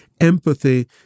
empathy